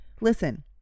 Listen